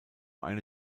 eine